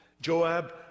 Joab